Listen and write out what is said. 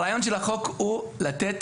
הרעיון של החוק הוא לתת